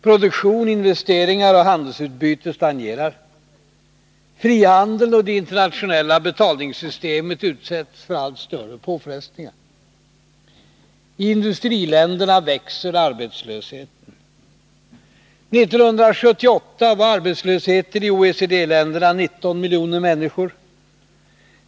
Produktion, investeringar och handelsutbyte stagnerar. Frihandeln och det internationella betalningssystemet utsätts för allt större påfrestningar. I industriländerna växer arbetslösheten. År 1978 var arbetslösheten i OECD-länderna 19 miljoner människor.